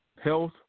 health